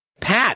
Pat